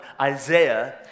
Isaiah